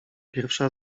pierwsza